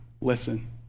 listen